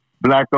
black